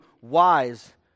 wise